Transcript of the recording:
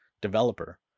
developer